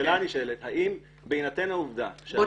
השאלה הנשאלת האם בהינתן העובדה ש --- בוא